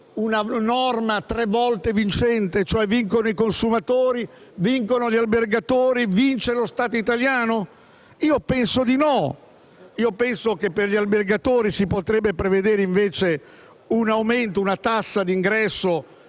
una norma tre volte vincente, cioè vincono i consumatori, vincono gli albergatori e vince lo Stato italiano? Io penso di no. Io penso che per gli albergatori si potrebbe prevedere invece un aumento, una tassa d'ingresso